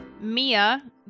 Mia